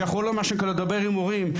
שיכול לדבר עם הורים,